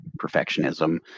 perfectionism